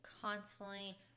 constantly